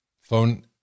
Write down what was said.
Phone